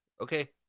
okay